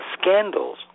scandals